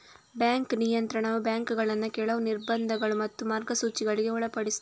bank ನಿಯಂತ್ರಣವು ಬ್ಯಾಂಕುಗಳನ್ನ ಕೆಲವು ನಿರ್ಬಂಧಗಳು ಮತ್ತು ಮಾರ್ಗಸೂಚಿಗಳಿಗೆ ಒಳಪಡಿಸ್ತದೆ